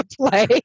play